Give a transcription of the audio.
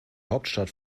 hauptstadt